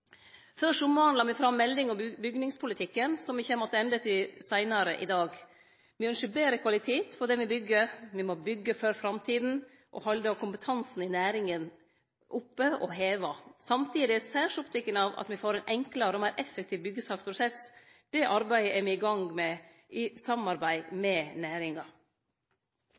Før sommaren la me fram meldinga om bygningspolitikken som med kjem attende til seinare i dag. Me ynskjer betre kvalitet på det me byggjer. Me må byggje for framtida og halde kompetansen oppe – og heve han – i næringa. Samtidig er eg særs oppteken av at me får ein enklare og meir effektiv byggjesakprosess. Det arbeidet er me i gang med i samarbeid med næringa.